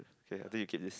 fair I think you keep this